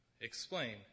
explain